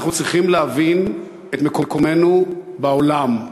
אנחנו צריכים להבין את מקומנו בעולם,